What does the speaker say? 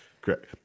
correct